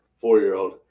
four-year-old